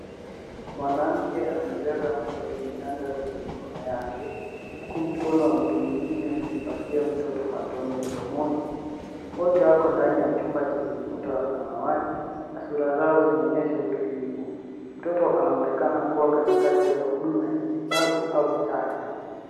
Mwanamke amembeba mtoto mchanga kwenye mikono yake huku mkono wa mtu mwingine ukimpatia mtoto matone mdomoni. Wote wako ndani ya chumba chenye ukuta wa samawati na sura zao zinaonyesha utulivu. Mtoto anaonekana kuwa katikati ya huduma ya kitibabu au chanjo.